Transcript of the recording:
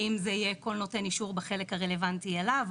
האם זה יהיה כל נותן אישור בחלק הרלוונטי אליו?